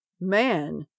Man